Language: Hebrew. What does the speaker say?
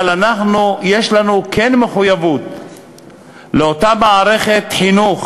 אבל כן יש לנו מחויבות לאותה מערכת חינוך